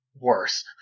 Worse